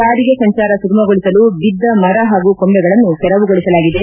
ಸಾರಿಗೆ ಸಂಚಾರ ಸುಗಮಗೊಳಿಸಲು ಬಿದ್ದ ಮರ ಹಾಗೂ ಕೊಂಬೆಗಳನ್ನು ತೆರವುಗೊಳಿಸಲಾಗಿದೆ